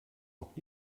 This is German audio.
noch